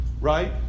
right